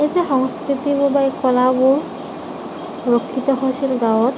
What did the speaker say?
এই যে সংস্কৃতিৰ বাবে কলাবোৰ সুৰক্ষিত হৈছিল গাঁৱত